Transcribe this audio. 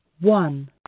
one